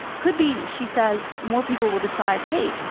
could be, she says, more people will decide, hey,